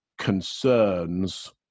Concerns